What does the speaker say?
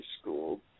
School